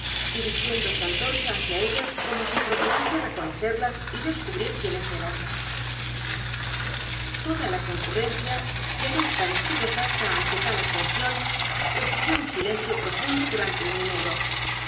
dirigiendo sus antorcha hacia ellas como si procurase reconocerlas y descubrir quiénes eran toda la concurrencia quedó tan estupefacta ante tal ascensión que se siguió un silencio profundo durante un minuto